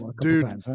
dude